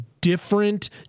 different